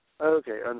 Okay